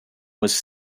was